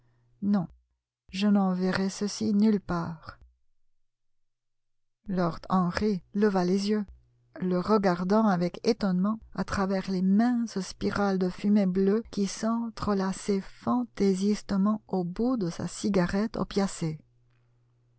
non je n'enverrai ceci nulle part lord henry leva les yeux le regardant avec étonnement à travers les minces spirales de fumée bleue qui s'entrelaçaient fantaisistement au bout de sa cigarette opiacée